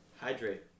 hydrate